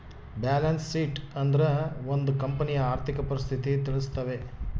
balance sheet ಅಂದ್ರೆ ಒಂದ್ ಕಂಪನಿಯ ಆರ್ಥಿಕ ಪರಿಸ್ಥಿತಿ ತಿಳಿಸ್ತವೆ